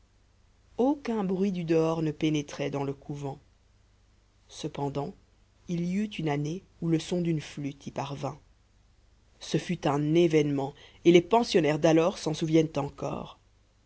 aucun bruit du dehors ne pénétrait dans le couvent cependant il y eut une année où le son d'une flûte y parvint ce fut un événement et les pensionnaires d'alors s'en souviennent encore